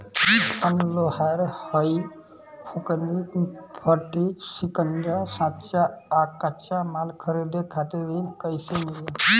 हम लोहार हईं फूंकनी भट्ठी सिंकचा सांचा आ कच्चा माल खरीदे खातिर ऋण कइसे मिली?